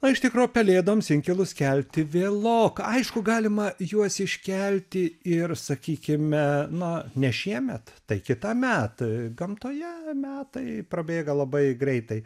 na iš tikro pelėdoms inkilus kelti vėloka aišku galima juos iškelti ir sakykime na ne šiemet tai kitąmet gamtoje metai prabėga labai greitai